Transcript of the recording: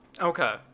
Okay